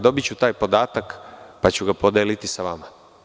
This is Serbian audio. Dobiću taj podatak pa ću ga podeliti sa vama.